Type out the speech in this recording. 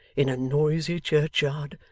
in a noisy churchyard,